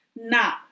Now